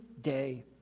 day